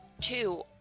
Two